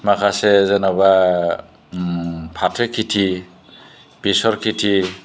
माखासे जेन'बा उम फाथो खेथि बेसर खेथि